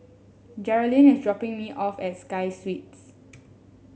Jerilyn is dropping me off at Sky Suites